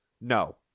No